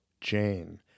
JANE